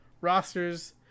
roster's –